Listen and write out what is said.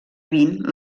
vint